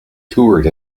toured